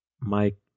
Mike